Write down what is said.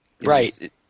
Right